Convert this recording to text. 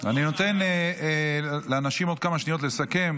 אני נותן לאנשים עוד כמה שניות לסכם,